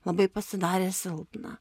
labai pasidarė silpna